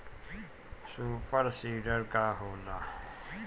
Super seeder का होला?